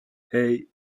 hey